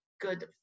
good